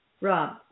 Rob